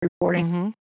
reporting